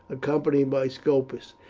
accompanied by scopus.